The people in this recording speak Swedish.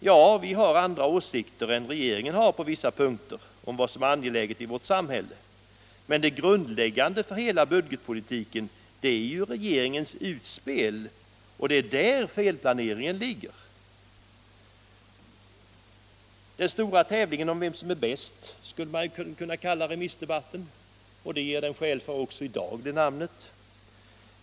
Ja, vi har andra åsikter än regeringen på vissa punkter om vad som är angeläget i vårt samhälle, men det grundläggande för hela budgetpolitiken är ju regeringens utspel, och det är där felplaneringen ligger. Den stora tävlingen om vem som är bäst skulle man kunna kalla remissdebatten. Det uttrycket gör den skäl för också i dag.